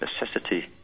necessity